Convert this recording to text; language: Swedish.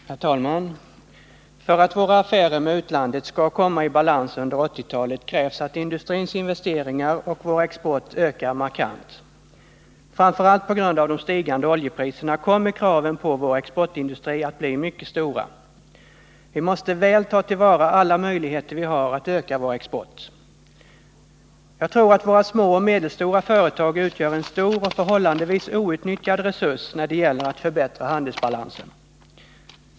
Herr talman! För art våra affärer med utlandet skall komma i balans under 1980-talet krävs att industrins investeringar och vår export ökar markant. Framför allt på grund av de stigande oljepriserna kommer kraven på vår exportindustri att bli mycket stora. Vi måste väl ta till vara alla möjligheter att öka vår export. Jag tror att våra små och medelstora företag utgör en stor och förhållandevis outnyttjad resurs när det gäller att förbättra handelsbalansen.